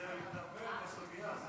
מדברים על הסוגיה,